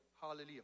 Hallelujah